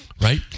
Right